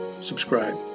subscribe